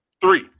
Three